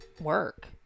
work